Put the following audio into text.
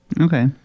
okay